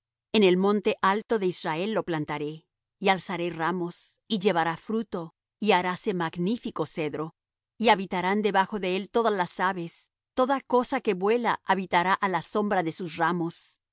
en el monte alto de israel lo plantaré y alzará ramos y llevará fruto y haráse magnífico cedro y habitarán debajo de él todas las aves toda cosa que vuela habitará á la sombra de sus ramos